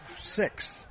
six